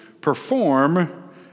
perform